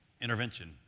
intervention